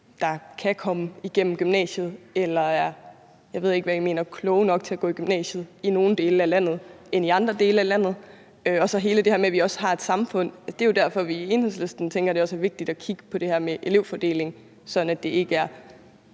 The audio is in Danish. dele af landet, eller at der er nogle – jeg ved ikke, hvad I mener – som er kloge nok til at gå i gymnasiet i nogle dele af landet, mens de ikke er det i andre dele af landet. Så er der alt det her med, at vi også har et samfund. Det er jo derfor, vi i Enhedslisten tænker, at det også er vigtigt at kigge på det her med elevfordelingen, sådan at det ikke er